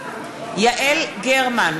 יעל גרמן,